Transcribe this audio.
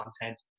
content